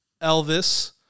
Elvis